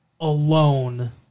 alone